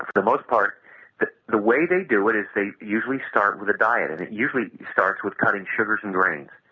the most part the way they do it is they usually start with a diet and it usually starts with cutting sugars and grains,